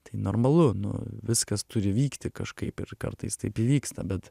tai normalu nu viskas turi vykti kažkaip ir kartais taip įvyksta bet